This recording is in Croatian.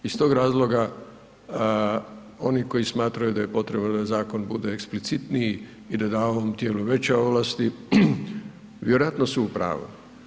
Iz tog razloga oni koji smatraju da je potrebno da zakon bude eksplicitniji i da da ovom tijelu veće ovlasti, vjerojatno su u pravu.